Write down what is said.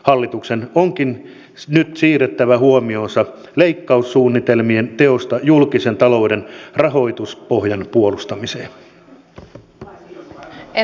hallituksen onkin nyt siirrettävä huomionsa leikkaussuunnitelmien teosta julkisen talouden rahoituspohjan puolustamiseen